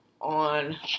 on